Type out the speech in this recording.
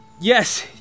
Yes